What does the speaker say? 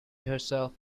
herself